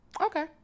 Okay